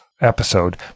episode